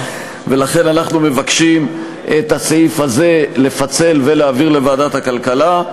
לכן אנחנו מבקשים את הסעיף הזה לפצל ולהעביר לוועדת הכלכלה,